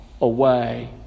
away